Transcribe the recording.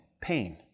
pain